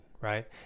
right